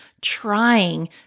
trying